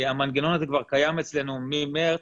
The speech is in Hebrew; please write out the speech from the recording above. המנגנון הזה כבר קיים אצלנו ממרץ,